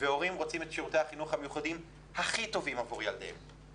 והורים רוצים את שירותי החינוך הכי טובים עבור ילדיהם.